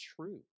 true